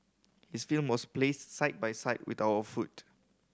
his film was placed side by side with our food